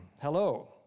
Hello